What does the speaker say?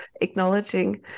acknowledging